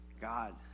God